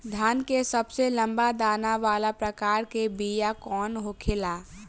धान के सबसे लंबा दाना वाला प्रकार के बीया कौन होखेला?